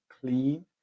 clean